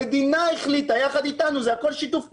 המדינה החליטה יחד אתנו - זה הכול שיתוף פעולה,